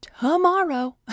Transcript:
tomorrow